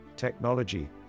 technology